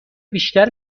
بیشتر